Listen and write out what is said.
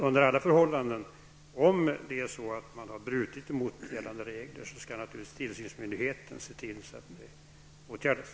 Under alla förhållanden är det så att om man har brutit mot gällande regler skall tillsynsmyndigheten naturligtvis se till att det åtgärdas.